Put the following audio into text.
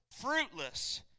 fruitless